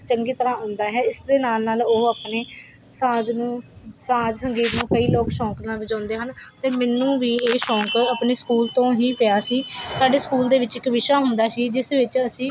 ਚੰਗੀ ਤਰ੍ਹਾਂ ਹੁੰਦਾ ਹੈ ਇਸਦੇ ਨਾਲ ਨਾਲ ਉਹ ਆਪਣੇ ਸਾਜ਼ ਨੂੰ ਸਾਜ਼ ਸੰਗੀਤ ਨੂੰ ਕਈ ਲੋਕ ਸ਼ੌਂਕ ਨਾਲ ਵਜਾਉਂਦੇ ਹਨ ਅਤੇ ਮੈਨੂੰ ਵੀ ਇਹ ਸ਼ੌਂਕ ਆਪਣੇ ਸਕੂਲ ਤੋਂ ਹੀ ਪਿਆ ਸੀ ਸਾਡੇ ਸਕੂਲ ਦੇ ਵਿੱਚ ਇੱਕ ਵਿਸ਼ਾ ਹੁੰਦਾ ਸੀ ਜਿਸ ਵਿੱਚ ਅਸੀਂ